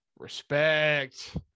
Respect